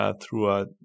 Throughout